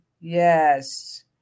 yes